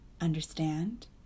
understand